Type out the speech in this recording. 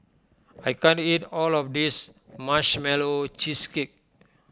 I can't eat all of this Marshmallow Cheesecake